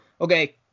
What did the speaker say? Okay